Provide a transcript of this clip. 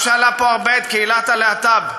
מה שעלה פה הרבה, את קהילת הלהט"ב,